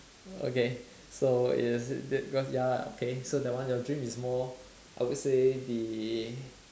okay so is it ya okay that one your dream is more I would say the